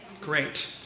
Great